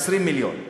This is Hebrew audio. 20 מיליון.